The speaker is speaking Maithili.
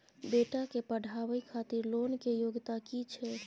बेटा के पढाबै खातिर लोन के योग्यता कि छै